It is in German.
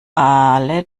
alle